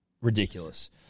Ridiculous